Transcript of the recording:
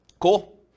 cool